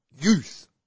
Youth